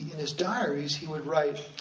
in his diaries, he would write,